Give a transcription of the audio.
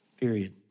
Period